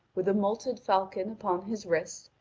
with a moulted falcon upon his wrist,